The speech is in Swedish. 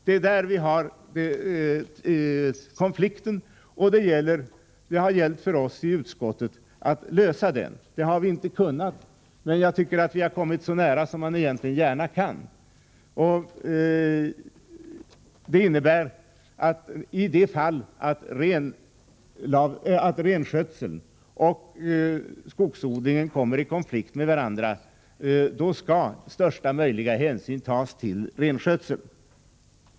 Det är där vi har konflikten, och det har gällt för oss i utskottet att lösa den. Det har vi inte kunnat, men jag tycker att vi kommit så nära som man gärna kan. Det innebär att i de fall renskötseln och skogsodlingen kommer i konflikt med varandra, skall största möjliga hänsyn tas till renskötseln.